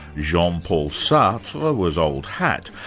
jean-paul sartre was old hat,